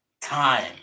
time